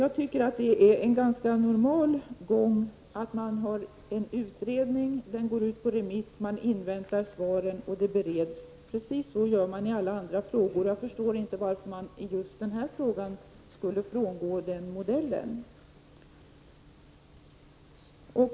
Jag tycker det är en ganska normal gång: Man gör en utredning. Den går ut på remiss. Man inväntar svaren, och dessa bereds. Så gör man i alla andra frågor. Jag förstår inte varför man i just den här frågan skulle frångå den modellen.